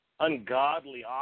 ungodly